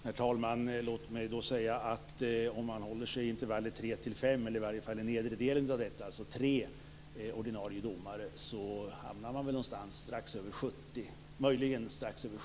Herr talman! Låt mig då säga att om man håller sig i intervallet tre till fem domare, eller i varje fall i den nedre delen av detta, alltså tre ordinarie domare, hamnar man någonstans strax över 70 tingsrätter.